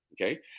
okay